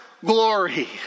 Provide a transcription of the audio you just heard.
glory